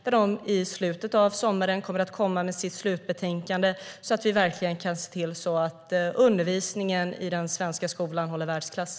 Den kommer i slutet av sommaren med sitt slutbetänkande, så att vi verkligen kan se till att undervisningen i den svenska skolan håller världsklass.